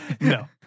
No